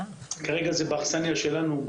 כרגע זה באכסניה שלנו,